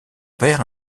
père